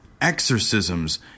exorcisms